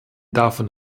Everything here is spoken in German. davon